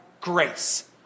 grace